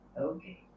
Okay